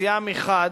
מציעה מחד